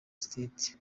state